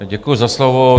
Děkuji za slovo.